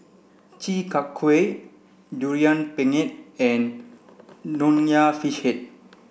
Chi Kak Kuih durian pengat and Nonya Fish Head